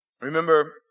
Remember